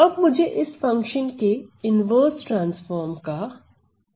अब मुझे इस फंक्शन के इन्वर्स ट्रांसफार्म का प्रयोग करना है